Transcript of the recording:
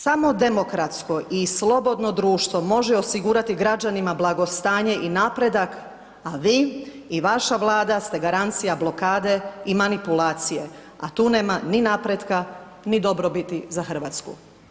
Samo demokratsko i slobodno društvo može osigurati građanima blagostanje i napredak, a vi i vaša Vlada ste garancija blokade i manipulacije, a tu nema ni napretka ni dobrobiti za Hrvatsku.